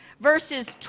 verses